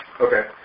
Okay